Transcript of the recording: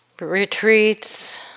Retreats